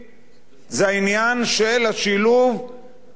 זה העניין של השילוב הכלכלי.